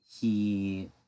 he-